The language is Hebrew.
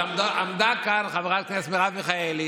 עמדה כאן חברת הכנסת מרב מיכאלי,